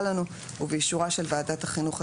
ובאישורה של ועדת החינוך,